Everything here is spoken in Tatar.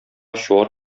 чуар